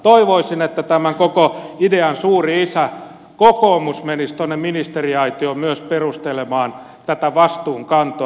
toivoisin että tämän koko idean suuri isä kokoomus menisi myös tuonne ministeriaitioon perustelemaan tätä vastuunkantoa